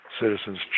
citizen's